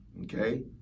Okay